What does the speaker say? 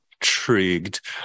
intrigued